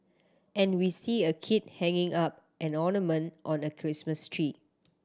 and we see a kid hanging up an ornament on a Christmas tree